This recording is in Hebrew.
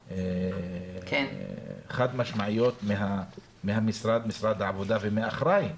חד משמעיות ממשרד העבודה ומהאחראי,